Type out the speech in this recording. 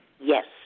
Yes